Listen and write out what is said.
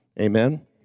Amen